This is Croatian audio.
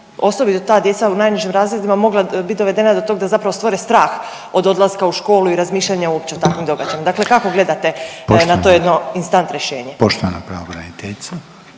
osobito ta djeca u najnižim razredima mogla biti dovedena do toga da zapravo stvore strah od odlaska u školu i razmišljanja uopće o takvom događaju. Dakle, kako gledate na to jedno instant rješenje? **Reiner, Željko